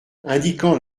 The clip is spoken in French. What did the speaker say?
indiquant